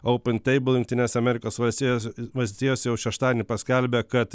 open table jungtinės amerikos valstijose valstijos jau šeštadienį paskelbė kad